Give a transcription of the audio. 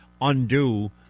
undo